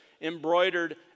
embroidered